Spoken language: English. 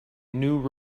new